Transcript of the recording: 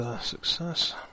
success